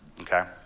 okay